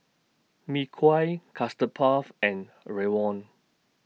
Mee Kuah Custard Puff and Rawon